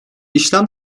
işlem